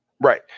Right